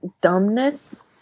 dumbness